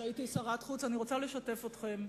שהייתי שרת החוץ, אני רוצה לשתף אתכם.